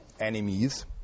enemies